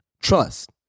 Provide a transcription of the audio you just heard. Trust